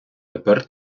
тепер